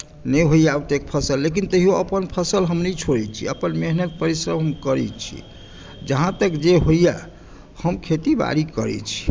नहि होइए ओतेक फसल लेकिन तैयो अपन फसल हम नहि छोड़ैत छी अपन मेहनत परिश्रम हम करैत छी जहाँ तक जे होइए हम खेती बारी करैत छी